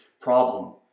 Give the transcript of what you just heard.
problem